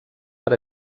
per